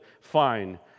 fine